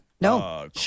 No